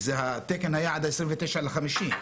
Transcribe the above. התקן היה עד ה-29.5.